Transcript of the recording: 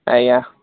ଆଜ୍ଞାଁ